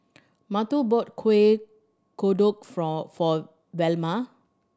Matteo bought Kueh Kodok from for Velma